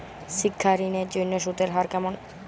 শিক্ষা ঋণ এর জন্য সুদের হার কেমন?